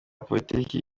politike